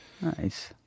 Nice